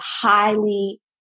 highly